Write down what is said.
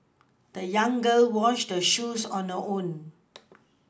the young girl washed her shoes on her own